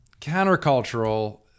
countercultural